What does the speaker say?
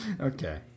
okay